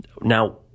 Now